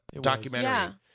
documentary